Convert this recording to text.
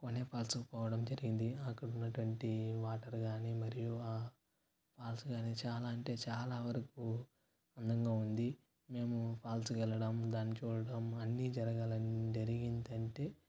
water ఫాల్స్కి పోవడం జరిగింది అక్కడ ఉన్నటువంటి వాటర్ కానీ మరియు ఆ ఫాల్స్ కానీ చాలా అంటే చాలా వరకు అందంగా ఉంది మేము ఫాల్స్కి వెళ్లడం దాన్ని చూడడం అన్నీ జరగాలని జరిగిందంటే